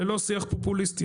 ללא שיח פופוליסטי.